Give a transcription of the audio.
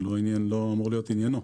זה לא אמור להיות עניינו.